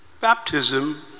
Baptism